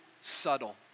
subtle